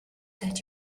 that